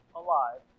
alive